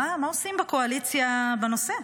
מה עושים בקואליציה בנושא?